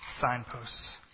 signposts